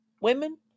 women